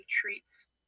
treats